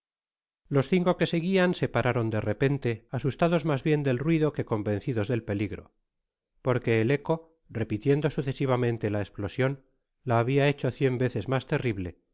los cinco que seguian se pararon de repente asustados mas bien del ruido que convencidos del peligro porque el eco repitiendo sucesivamente la esplosion la habia hecho cien veces mas terrible y